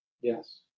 Yes